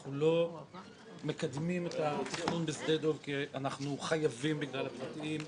אנחנו לא מקדמים את התכנון בשדה דב כי אנחנו חייבים בגלל הפרטיים,